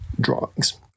drawings